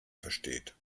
versteht